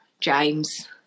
James